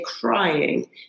crying